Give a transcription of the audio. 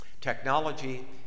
Technology